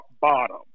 bottom